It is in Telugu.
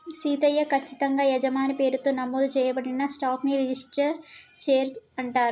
సీతయ్య, కచ్చితంగా యజమాని పేరుతో నమోదు చేయబడిన స్టాక్ ని రిజిస్టరు షేర్ అంటారు